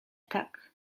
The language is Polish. tak